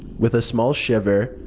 with a small shiver,